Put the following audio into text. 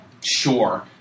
sure